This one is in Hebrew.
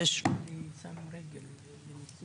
שאלה מצוינת.